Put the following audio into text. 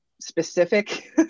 specific